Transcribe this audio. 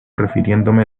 refiriéndome